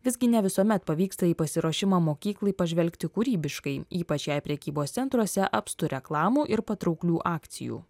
visgi ne visuomet pavyksta jį pasiruošimą mokyklai pažvelgti kūrybiškai ypač jei prekybos centruose apstu reklamų ir patrauklių akcijų